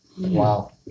Wow